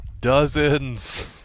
dozens